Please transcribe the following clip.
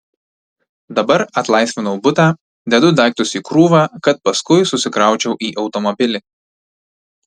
dabar atlaisvinu butą dedu daiktus į krūvą kad paskui susikraučiau į automobilį